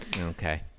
Okay